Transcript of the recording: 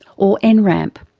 or and nramp.